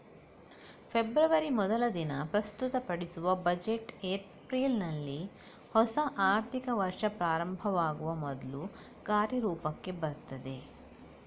February ಮೊದಲ ದಿನ ಪ್ರಸ್ತುತಪಡಿಸುವ ಬಜೆಟ್ ಏಪ್ರಿಲಿನಲ್ಲಿ ಹೊಸ ಆರ್ಥಿಕ ವರ್ಷ ಪ್ರಾರಂಭವಾಗುವ ಮೊದ್ಲು ಕಾರ್ಯರೂಪಕ್ಕೆ ಬರ್ತದೆ